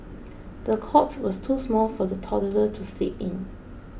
the cot was too small for the toddler to sleep in